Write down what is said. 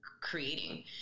creating